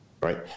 Right